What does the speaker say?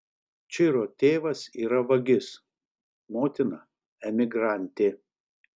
čiro tėvas yra vagis motina emigrantė